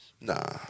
Nah